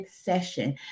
session